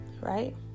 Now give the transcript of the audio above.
right